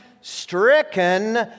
stricken